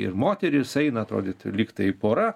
ir moterys eina atrodytų lyg tai pora